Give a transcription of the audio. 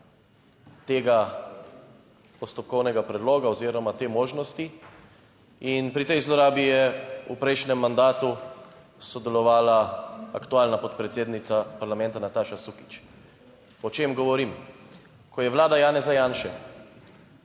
tega postopkovnega predloga oziroma te možnosti in pri tej zlorabi je v prejšnjem mandatu sodelovala aktualna podpredsednica parlamenta Nataša Sukič. O čem govorim? Ko je vlada Janeza Janše